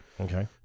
Okay